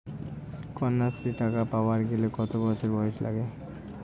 কন্যাশ্রী টাকা পাবার গেলে কতো বছর বয়স লাগে?